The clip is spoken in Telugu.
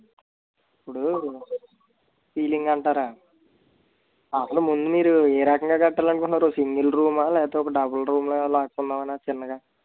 ఇప్పుడు సీలింగ్ అంటారా అసలు ముందు మీరు ఏ రకంగా కట్టాలనుకుంటున్నారు సింగిల్ రూమా లేదా ఒక డబల్ రూమ్ లక్కుందామన చిన్నగా